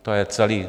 To je celé.